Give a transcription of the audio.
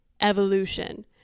evolution